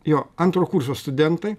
jo antro kurso studentai